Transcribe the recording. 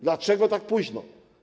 Dlaczego tak późno?